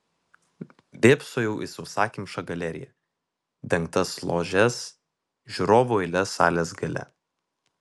vėpsojau į sausakimšą galeriją dengtas ložes žiūrovų eiles salės gale